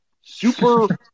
Super